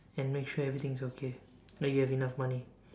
and make sure everything is okay like you have enough money